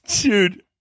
Dude